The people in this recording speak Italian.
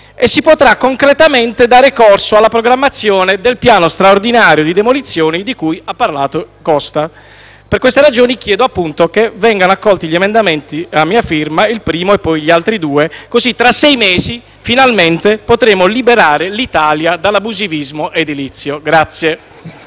e si potrà concretamente dare corso alla programmazione del piano straordinario di demolizioni di cui ha parlato il ministro Costa. Per queste ragioni chiedo che vengano accolti gli emendamenti a mia firma, così tra sei mesi finalmente potremo liberare l’Italia dall’abusivismo edilizio.